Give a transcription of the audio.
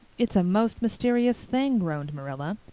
it's a most mysterious thing, groaned marilla.